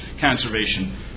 conservation